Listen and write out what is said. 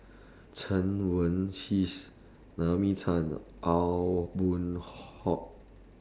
Chen Wen Hsi Naomi Tan Aw Boon Haw